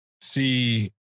see